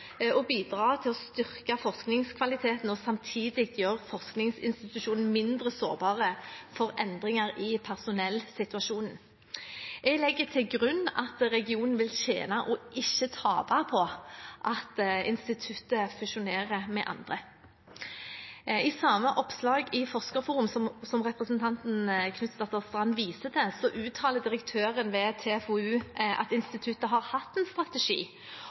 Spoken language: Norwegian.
bidra til å styrke forskningskvaliteten og samtidig gjøre forskningsinstitusjonen mindre sårbar for endringer i personellsituasjonen. Jeg legger til grunn at regionen vil tjene og ikke tape på at instituttet fusjonerer med andre. I samme oppslag i Forskerforum som representanten Knutsdatter Strand viser til, uttaler direktøren ved TFoU at instituttet har hatt en strategi